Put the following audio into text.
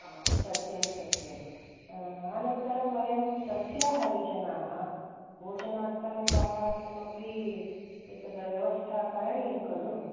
आम् सत्यं सत्यम् अनन्तरं वयं सस्याहारि जनाः भोजनार्थम् उपहारार्थमपि एतत् व्यवस्था करणीयं खलु